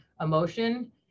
emotion